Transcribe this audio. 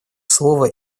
слово